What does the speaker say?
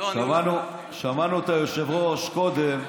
שמענו את היושב-ראש קודם,